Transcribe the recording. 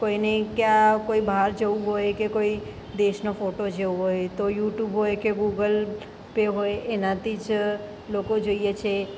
કોઈને ક્યાં કોઈ બહાર જવું હોય તો કે કોઈ દેશનો ફોટો જોવો હોય તો યૂ ટ્યૂબ હોય કે ગુગલ પે હોય એનાથી જ લોકો જોઈએ છે